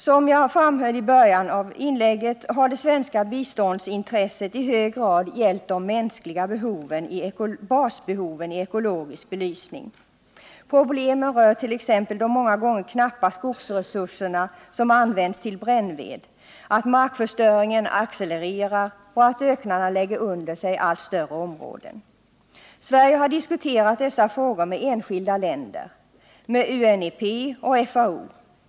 Som jag framhöll i början av inlägget har det svenska biståndsintresset i hög grad gällt de mänskliga basbehoven i ekologisk belysning. Problemen rör t.ex. de ofta knappa skogsresurserna, som används till brännved, vidare markförstöringen som accelererar och öknarna som lägger under sig allt större områden. Sverige har diskuterat dessa frågor med enskilda länder samt med UNEP och FAO.